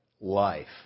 life